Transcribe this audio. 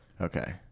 Okay